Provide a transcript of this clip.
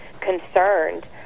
concerned